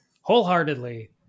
wholeheartedly